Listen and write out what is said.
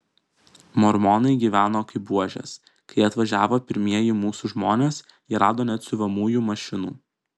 mormonai gyveno kaip buožės kai atvažiavo pirmieji mūsų žmonės jie rado net siuvamųjų mašinų